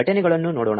ಈಗ ಘಟನೆಗಳನ್ನು ನೋಡೋಣ